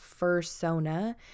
fursona